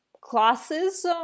classes